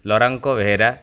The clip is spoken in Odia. ଲଡ଼ାଙ୍କ ବେହେରା